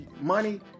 money